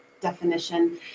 definition